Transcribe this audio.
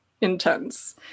intense